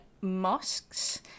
mosques